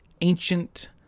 ancient